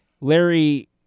Larry